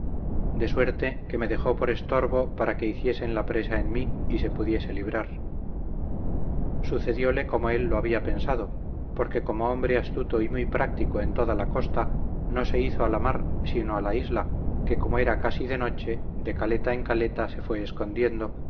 de suerte que me dejó por estorbo para que hiciesen la presa en mí y se pudiese librar sucedióle como él lo había pensado porque como hombre astuto y muy práctico en toda la costa no se hizo a la mar sino a la isla que como era casi de noche de caleta en caleta se fue escondiendo